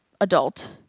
adult